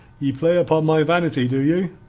ye play upon my vanity, do you?